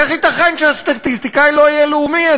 איך ייתכן שהסטטיסטיקאי לא יהיה לאומי,